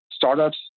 startups